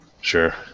Sure